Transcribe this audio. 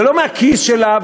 זה לא מהכיס שלה,